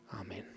Amen